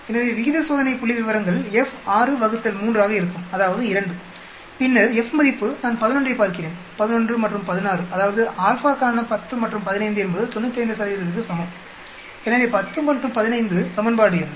எனவே விகித சோதனை புள்ளிவிவரங்கள் F 6 வகுத்தல் 3 ஆக இருக்கும் அதாவது 2 பின்னர் F மதிப்பு நான் 11 ஐப் பார்க்கிறேன் 11 மற்றும் 16 அதாவது α க்கான 10 மற்றும் 15 என்பது 95 க்கு சமம் எனவே 10 மற்றும் 15 சமன்பாடு என்ன